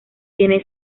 tiene